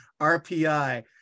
RPI